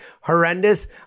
horrendous